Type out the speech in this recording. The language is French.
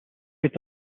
est